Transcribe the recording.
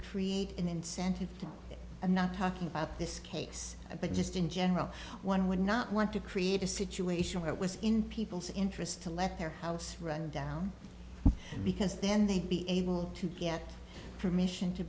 create an incentive to i'm not talking about this case but just in general one would not want to create a situation where it was in people's interest to let their house run down because then they'd be able to get permission to